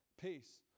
peace